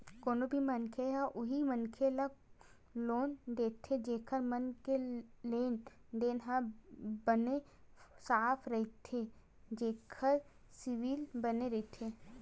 कोनो भी मनखे ह उही मनखे ल लोन देथे जेखर मन के लेन देन ह बने साफ रहिथे जेखर सिविल बने रहिथे